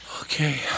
Okay